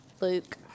Luke